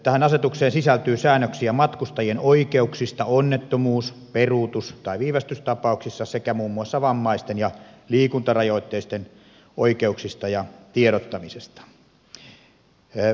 tähän asetukseen sisältyy säännöksiä matkustajien oikeuksista onnettomuus peruutus tai viivästystapauksissa sekä muun muassa vammaisten ja liikuntarajoitteisten oikeuksista ja tiedottamisesta